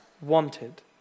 wanted